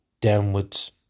downwards